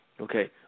okay